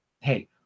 hey